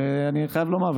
אני חייב לומר,